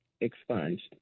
expunged